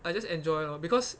I just enjoy lor because